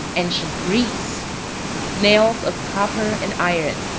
ancient greece nails of copper and iron.